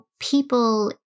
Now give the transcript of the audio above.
people